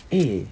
eh